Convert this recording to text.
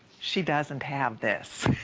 she doesn't have this